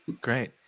Great